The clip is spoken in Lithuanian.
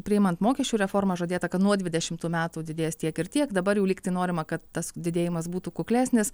priimant mokesčių reformą žadėta kad nuo dvidešimtų metų didės tiek ir tiek dabar jau lygtai norima kad tas didėjimas būtų kuklesnis